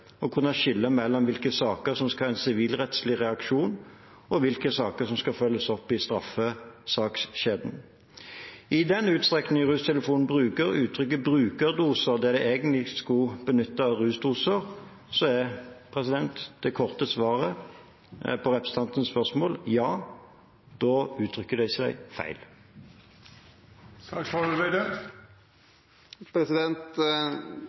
å kunne skille mellom hvilke saker som skal ha en sivilrettslig reaksjon, og hvilke saker som skal følges opp i straffesakskjeden. I den utstrekning RUStelefonen bruker uttrykket brukerdose der de egentlig burde benytte rusdose, er det korte svaret på representantens spørsmål: Ja, da uttrykker de seg